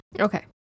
Okay